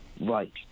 right